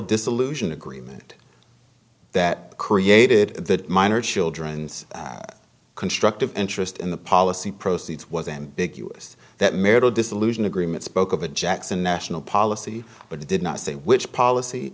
dissolution agreement that created the minor children's constructive interest in the policy proceeds was ambiguous that marital dissolution agreement spoke of a jackson national policy but it did not say which policy